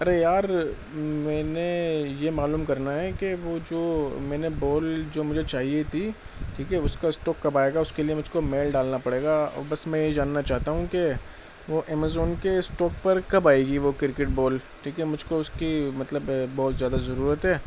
ارے یار میں نے یہ معلوم کرنا ہے کہ وہ جو میں نے بال جو مجھے چاہیے تھی ٹھیک ہے اس کا اسٹاک کب آئے گا اس کے لیے مجھ کو میل ڈالنا پڑے گا اور بس میں یہی جاننا چاہتا ہوں کہ وہ امازون کے اسٹاک پر کب آئے گی وہ کرکٹ بال ٹھیک ہے مجھ کو اس کی مطلب بہت زیادہ ضرورت ہے